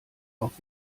auf